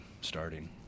starting